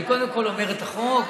אני קודם כול אומר את החוק,